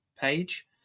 page